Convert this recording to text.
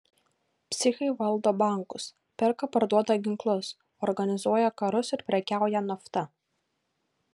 psichai valdo bankus perka parduoda ginklus organizuoja karus ir prekiauja nafta